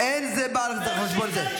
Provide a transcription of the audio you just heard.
-- אין זה בא על חשבון זה.